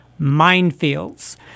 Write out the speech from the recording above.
Minefields